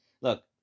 look